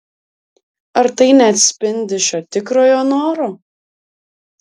ar tai neatspindi šio tikrojo noro